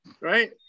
right